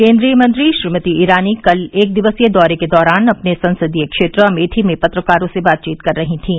केंद्रीय मंत्री श्रीमती ईरानी कल एक दिवसीय दौरे के दौरान अपने संसदीय क्षेत्र अमेठी में पत्रकारों से बातचीत कर रही थीं